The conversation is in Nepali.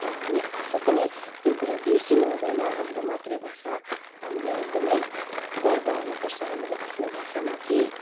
र हामी आफू पनि त्यो कुरा बिर्सिनु हुँदैन हाम्रो मातृभाषा हामीलाई एकदमै गर्व हुनुपर्छ हामीलाई आफ्नो भाषामाथि